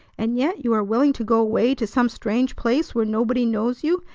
and yet you are willing to go away to some strange place where nobody knows you,